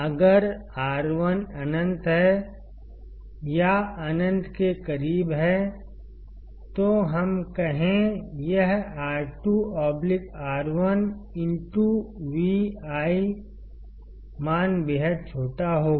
अगर R1 अनंत है या अनंत के करीब है तो हम कहें यह R2 R1 Vi मान बेहद छोटा होगा